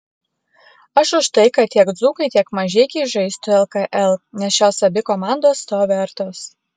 aš už tai kad tiek dzūkai tiek mažeikiai žaistų lkl nes šios abi komandos to vertos